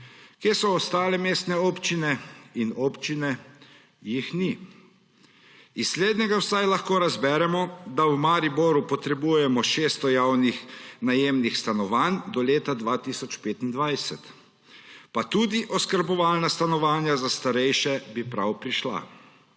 Kje so ostale mestne občine in občine? Jih ni. Iz slednjega vsaj lahko razberemo, da v Mariboru potrebujemo 600 javnih najemnih stanovanj do leta 2025. Pa tudi oskrbovana stanovanja za starejše bi prav prišla.